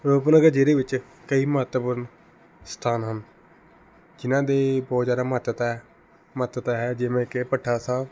ਰੂਪਨਗਰ ਜ਼ਿਲ੍ਹੇ ਵਿੱਚ ਕਈ ਮਹੱਤਵਪੂਰਨ ਸਥਾਨ ਹਨ ਜਿਨ੍ਹਾਂ ਦੇ ਬਹੁਤ ਜ਼ਿਆਦਾ ਮਹੱਤਤਾ ਹੈ ਮਹੱਤਤਾ ਹੈ ਜਿਵੇਂ ਕਿ ਭੱਠਾ ਸਾਹਿਬ